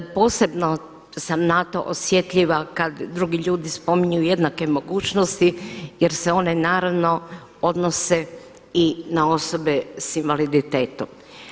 Posebno sam na to osjetljiva kada drugi ljudi spominju jednake mogućnosti jer se one naravno odnose i na osobe s invaliditetom.